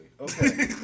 Okay